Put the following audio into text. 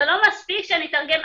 זה לא מספיק שאני אתרגם,